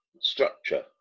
structure